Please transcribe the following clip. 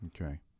Okay